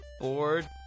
bored